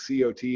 COT